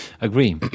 Agree